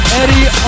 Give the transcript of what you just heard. eddie